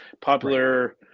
popular